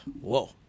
Whoa